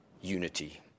unity